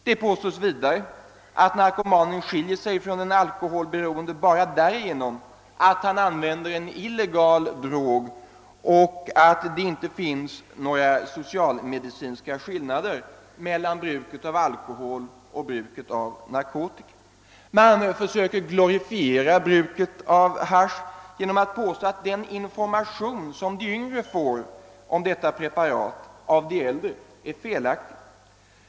Det påstås vidare att narkomanen hara skiljer sig från den alkoholberoende på så sätt att han använder en illegal drog, och det framhålles vidare att det inte finns några socialmedicinska skillnader mellan bruket av alkohol och bruket av narkotika. Man försöker glorifiera bruket av hasch genom att påstå att den information som de yngre får om detta preparat av de äldre är fel aktig.